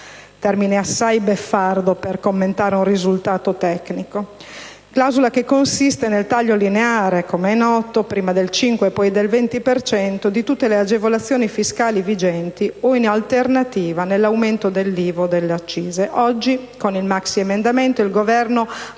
termine assai beffardo per commentare un risultato tecnico - consistente nel taglio lineare (prima del 5 per cento e poi del 20 per cento) di tutte le agevolazioni fiscali vigenti o, in alternativa, nell'aumento dell'IVA o delle accise. Oggi con il maxiemendamento il Governo